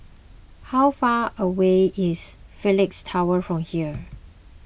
how far away is Phoenix Tower from here